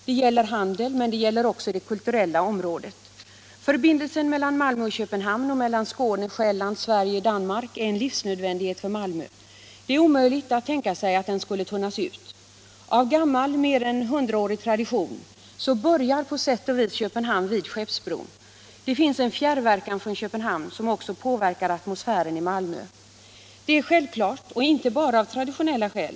Det gäller handel och det gäller också det kulturella området. Förbindelserna Malmö-Köpenhamn, Skåne-Själland och Sverige-Danmark i övrigt är en livsnödvändighet för Malmö. Det är omöjligt att tänka sig att de skulle tunnas ut. Av gammal, mer än 100-årig tradition, börjar på sätt och vis Köpenhamn vid Skeppsbron i Malmö. Det finns en fjärrverkan från Köpenhamn också på atmosfären i Malmö. Det är självklart att den bibehålls, och detta inte bara av traditionella skäl.